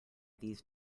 these